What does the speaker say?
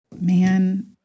man